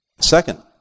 Second